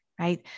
right